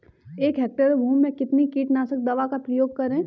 एक हेक्टेयर भूमि में कितनी कीटनाशक दवा का प्रयोग करें?